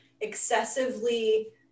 excessively